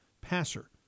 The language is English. passer